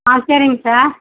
ஆ சரிங்க சார்